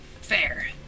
Fair